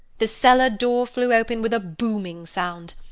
the cellar-door flew open with a booming sound,